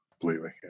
Completely